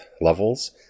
levels